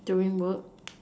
doing work